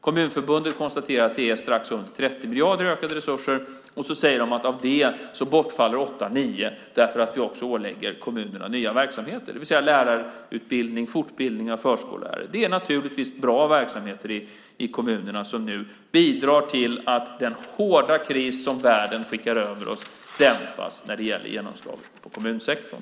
Kommunförbundet konstaterar att det är strax under 30 miljarder i ökade resurser. Därefter säger de att av det bortfaller 8-9 miljarder därför att vi också ålägger kommunerna nya verksamheter, det vill säga lärarutbildning och fortbildning av förskollärare. Det är naturligtvis bra verksamheter i kommunerna, som nu bidrar till att den hårda kris som världen skickar över oss dämpas när det gäller genomslaget på kommunsektorn.